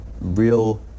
real